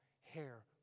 hair